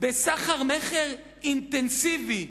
בסחר-מכר אינטנסיבי.